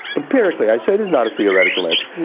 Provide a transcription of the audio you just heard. empirically, i say there's not a theoretical answer,